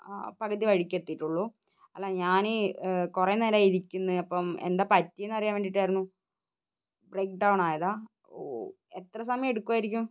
ആ പകുതി വഴിക്കെത്തിയിട്ടുള്ളൂ അല്ല ഞാൻ കുറേ നേരമായി ഇരിക്കുന്നത് അപ്പം എന്താ പറ്റിയതെന്നറിയാൻ വേണ്ടിയിട്ടായിരുന്നു ബ്രേക്ക്ഡൌൺ ആയതാണോ ഓഹ് എത്ര സമയം എടുക്കുമായിരിക്കും